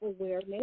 awareness